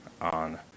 on